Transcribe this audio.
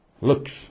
looks